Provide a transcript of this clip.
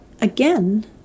again